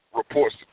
reports